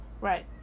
right